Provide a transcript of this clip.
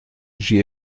j’y